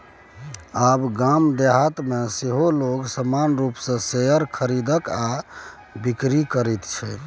आब गाम देहातमे सेहो लोग सामान्य रूपसँ शेयरक खरीद आ बिकरी करैत छै